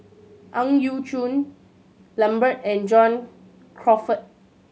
Ang Yau Choon Lambert and John Crawfurd